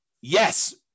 Yes